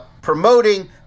promoting